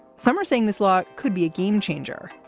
some are saying this law could be a game changer.